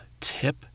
tip